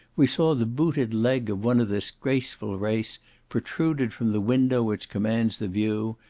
we saw the booted leg of one of this graceful race protruded from the window which commands the view,